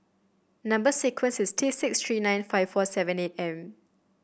number sequence is T six three nine five four seven eight M